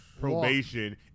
Probation